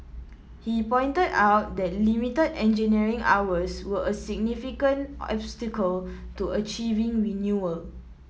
he pointed out that limited engineering hours were a significant obstacle to achieving renewal